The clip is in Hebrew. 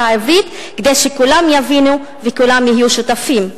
העברית כדי שכולם יבינו וכולם יהיו שותפים.